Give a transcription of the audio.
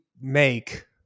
make